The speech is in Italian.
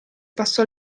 passò